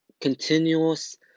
continuous